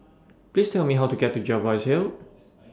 Please Tell Me How to get to Jervois Hill